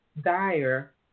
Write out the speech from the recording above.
dire